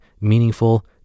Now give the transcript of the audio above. meaningful